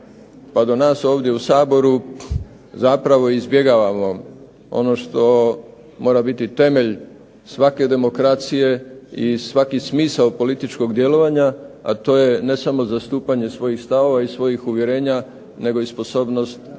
pa do nas ovdje u Saboru zapravo izbjegavamo ono što mora biti temelj svake demokracije i svaki smisao političkog djelovanja, a to je ne samo zastupanje svojih stavova i svojih uvjerenja, i svojih interesa i